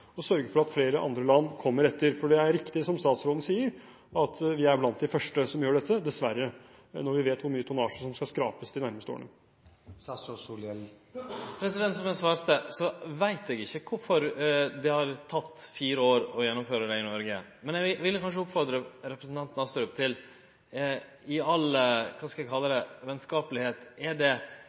og sørge for at flere andre land kommer etter. For det er riktig som statsråden sier, at vi er blant de første som gjør dette – dessverre – når vi vet hvor mye tonnasje som skal skrapes de nærmeste årene. Som eg svarte, veit eg ikkje kvifor det har teke fire år å gjennomføre det i Noreg. Men eg vil i all, kva skal eg kalle det, venskapelegheit kanskje spørje representanten Astrup om det verkeleg er det